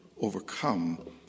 overcome